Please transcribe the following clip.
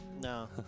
No